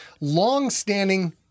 long-standing